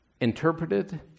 interpreted